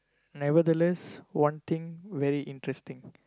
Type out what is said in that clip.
nevertheless one thing very interesting